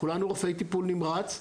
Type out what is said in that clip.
כולנו רופאי טיפול נמרץ.